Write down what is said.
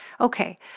Okay